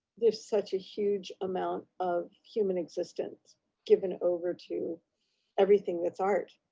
there's such a huge amount of human existence giving over to everything that's art,